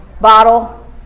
bottle